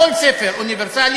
חבר הכנסת ביטן,